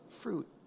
fruit